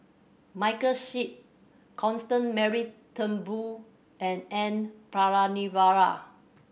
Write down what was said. Michael Seet Constant Mary Turnbull and N Palanivelu